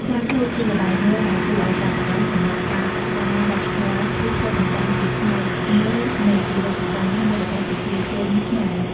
ខ្លាឃ្លោកជាល្បែងមួយដែលគួរឱ្យចាប់អារម្មណ៍សម្រាប់ការសិក្សាវប្បធម៌វាឆ្លុះបញ្ចាំងពីផ្នែកមួយនៃជីវិតប្រចាំថ្ងៃរបស់ប្រជាជនខ្មែរ។